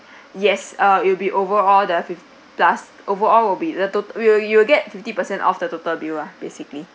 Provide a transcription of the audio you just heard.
yes err it will be overall the fif~ plus overall will be the tota~ you'll get fifty percent off the total bill lah basically